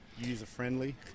User-friendly